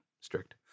strict